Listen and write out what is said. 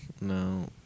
no